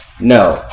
No